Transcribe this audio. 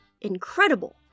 incredible